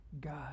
God